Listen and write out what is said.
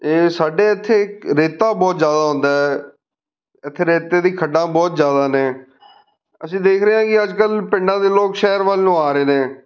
ਇਹ ਸਾਡੇ ਇੱਥੇ ਰੇਤਾ ਬਹੁਤ ਜ਼ਿਆਦਾ ਹੁੰਦਾ ਇੱਥੇ ਰੇਤੇ ਦੀਆਂ ਖੱਡਾਂ ਬਹੁਤ ਜ਼ਿਆਦਾ ਨੇ ਅਸੀਂ ਦੇਖ ਰਹੇ ਹਾਂ ਕਿ ਅੱਜ ਕੱਲ੍ਹ ਪਿੰਡਾਂ ਦੇ ਲੋਕ ਸ਼ਹਿਰ ਵੱਲ ਨੂੰ ਆ ਰਹੇ ਨੇ